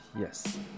Yes